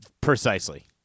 Precisely